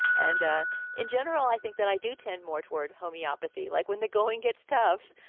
and in general, i think that i do tend more toward homoeopathy. like when the going gets tough,